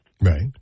right